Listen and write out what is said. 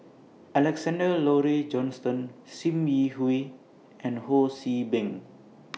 Alexander Laurie Johnston SIM Yi Hui and Ho See Beng